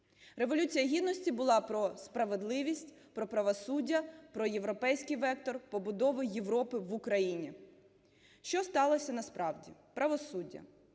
Революція Гідності була про справедливість, про правосуддя, про європейський вектор побудови Європи в Україні. Що сталося насправді? Правосуддя.